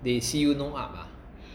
they see you no up ah